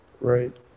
Right